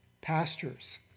pastures